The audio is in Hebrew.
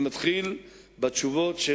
זה מתחיל בחינוך,